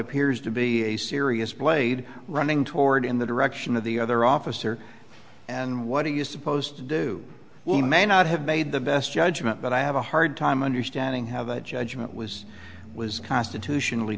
appears to be a serious blade running toward in the direction of the other officer and what are you supposed to do we may not have made the best judgment but i have a hard time understanding how that judgment was was constitutionally